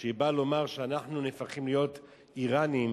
שבאה לומר שאנחנו נהפכים להיות אירנים,